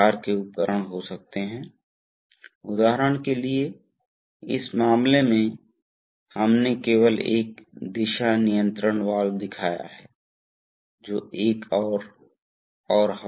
केवल एक ध्यान देने योग्य बात यह है कि इस दबाव के लिए आपको इसे स्थानांतरित करने की आवश्यकता होगी अर्थात् हम यह उल्लेख करना चाहते हैं कि यह क्रॉस अनुभागीय क्षेत्र दोनों पक्षों पर अलग अलग है यदि आपके पास है तो इसे एकल कहा जाता है रॉड वह रॉड जिससे लोड जुड़ा हुआ है केवल एक तरफ जुड़ा हुआ है